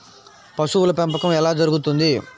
పశువుల పెంపకం ఎలా జరుగుతుంది?